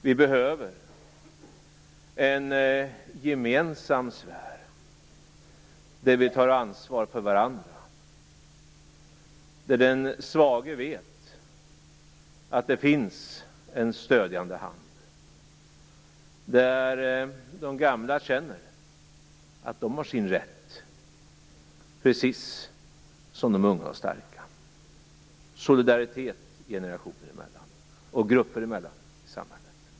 Vi behöver en gemensam svär där vi tar ansvar för varandra, där den svage vet att det finns en stödjande hand och de gamla känner att de har sin rätt precis som de unga och starka. Det behövs en solidaritet generationer emellan och grupper emellan i samhället.